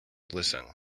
listen